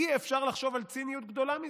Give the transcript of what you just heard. אי-אפשר לחשוב על ציניות גדולה מזו.